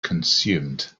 consumed